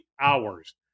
hours